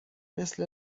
مثل